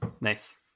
Nice